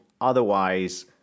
otherwise